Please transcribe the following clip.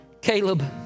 Caleb